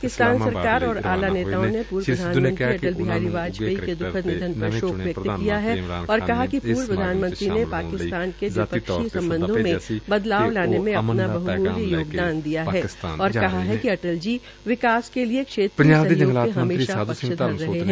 पाकिस्तान सरकार और आला नेताओं ने पूर्व प्रधानमंत्री अटल बिहारी वाजपेयी के द्खद निधन पर शोक व्यक्त किया है और कहा कि पूर्व प्रधानमंत्री ने पाकिस्तान के द्विपक्षीय सम्बधों में बदलाव लाने में अपना बहमूल्य योगदान दिया है और कहा है कि अटल जी विकास के लिए क्षेत्रीय सहयोग के हमेशा पक्षधर रहे है